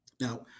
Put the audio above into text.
now